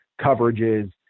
coverages